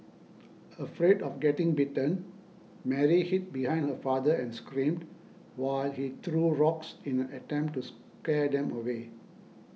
afraid of getting bitten Mary hid behind her father and screamed while he threw rocks in an attempt to scare them away